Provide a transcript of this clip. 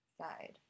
side